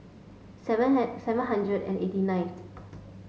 seven seven hundred and eighty ninth